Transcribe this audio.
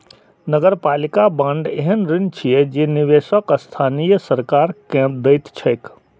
नगरपालिका बांड एहन ऋण छियै जे निवेशक स्थानीय सरकार कें दैत छैक